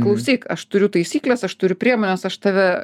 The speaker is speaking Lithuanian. klausyk aš turiu taisykles aš turiu priemones aš tave